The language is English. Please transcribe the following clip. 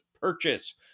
purchase